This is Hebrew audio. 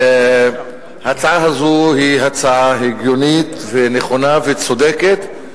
ההצעה הזו היא הצעה הגיונית, נכונה וצודקת,